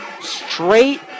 straight